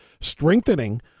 strengthening